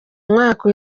mwaka